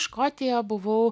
škotiją buvau